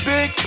Big